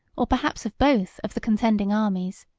or perhaps of both, of the contending armies.